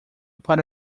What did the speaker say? para